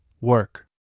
work